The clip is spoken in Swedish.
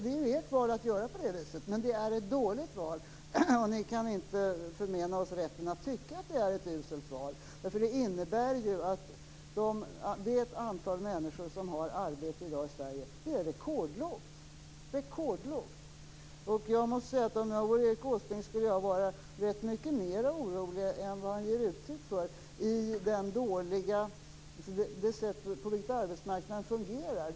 Det är ert val att göra på det viset, men det är ett dåligt val. Ni kan inte förmena oss rätten att tycka att det är ett uselt val. Det innebär nämligen att det antal människor som har arbete i dag i Sverige är rekordlågt. Om jag vore Erik Åsbrink skulle jag vara mycket orolig, mer än vad han ger uttryck för att vara, över det sätt på vilket arbetsmarknaden fungerar.